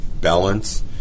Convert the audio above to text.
balance